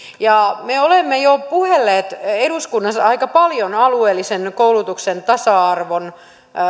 me olemme jo puhelleet eduskunnassa aika paljon koulutuksen alueellisen tasa arvon